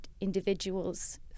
individuals